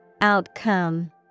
Outcome